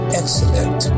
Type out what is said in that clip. excellent